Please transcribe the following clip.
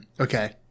Okay